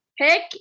pick